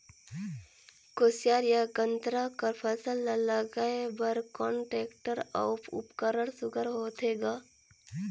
कोशियार या गन्ना कर फसल ल लगाय बर कोन टेक्टर अउ उपकरण सुघ्घर होथे ग?